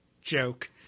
joke